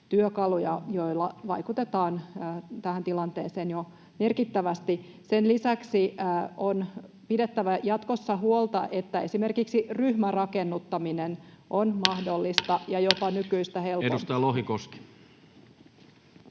joilla vaikutetaan tähän tilanteeseen jo merkittävästi. Sen lisäksi on pidettävä jatkossa huolta, että esimerkiksi ryhmärakennuttaminen on mahdollista ja jopa